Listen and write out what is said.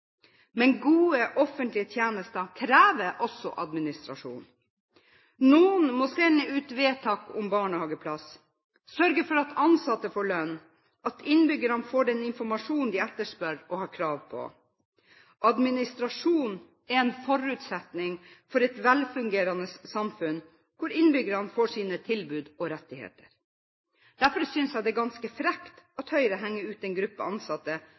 Men gode offentlige tjenester krever også administrasjon. Noen må sende ut vedtak om barnehageplass, sørge for at ansatte får lønn, at innbyggerne får den informasjonen de etterspør, og har krav på. Administrasjon er en forutsetning for et velfungerende samfunn, hvor innbyggerne får sine tilbud og rettigheter. Derfor synes jeg det er ganske frekt at Høyre henger ut en gruppe ansatte